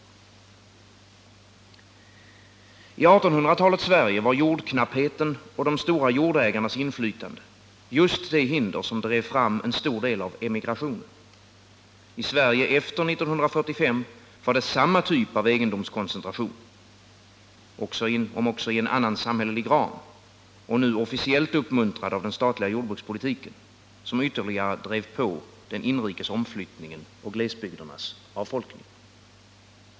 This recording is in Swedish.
I 1800-talets Sverige var jordknappheten och de stora jordägarnas inflytande just de hinder som drev fram en stor del av emigrationen. I Sverige efter 1945 var det samma typ av egendomskoncentration — om också i en annan samhällelig ram och nu officiellt uppmuntrad av den statliga jordbrukspolitiken — som ytterligare drev på den inrikes omflyttningen och glesbygdernas avfolkning.